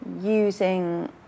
using